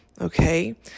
Okay